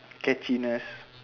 catchiness